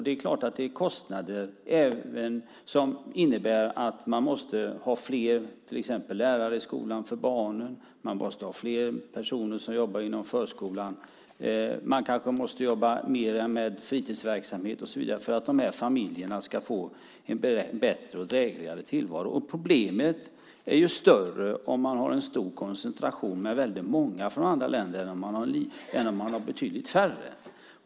Det är kostnader som innebär att man till exempel måste ha fler lärare i skolan för barnen och fler personer som jobbar inom förskolan, att man kanske måste jobba mer med fritidsverksamhet och så vidare för att de här familjerna ska få en bättre och drägligare tillvaro. Problemet är ju större om man har en stor koncentration med väldigt många från andra länder än om man har betydligt färre.